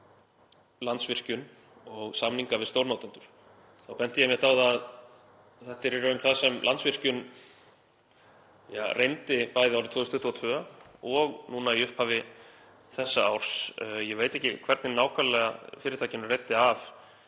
Landsvirkjun og samninga við stórnotendur þá benti ég einmitt á það að þetta er í raun það sem Landsvirkjun reyndi bæði árið 2022 og núna í upphafi þessa árs. Ég veit ekki nákvæmlega hvernig fyrirtækinu reiddi af